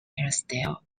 hairstyle